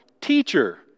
teacher